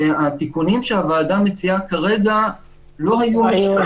שהתיקונים שהוועדה מציעה כרגע לא היו משנים